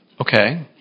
Okay